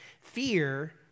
Fear